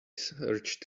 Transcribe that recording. search